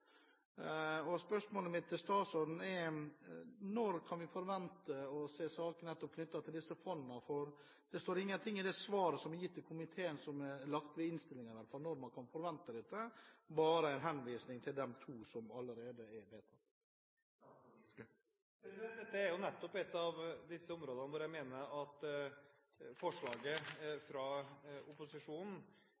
fire. Spørsmålet mitt til statsråden er: Når kan vi forvente å se en sak knyttet til disse fondene? Det står ikke noe i det svaret som er gitt til komiteen, som er lagt ved innstillingen, om når man kan forvente dette, bare en henvisning til de to som allerede er vedtatt. Dette er jo nettopp et av de områdene hvor jeg mener at forslaget